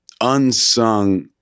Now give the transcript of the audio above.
unsung